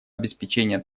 обеспечения